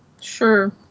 Sure